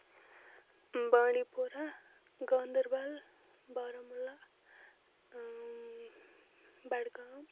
بانڈی پورہ گاندربل بارہمولہ بڈگام